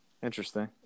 Interesting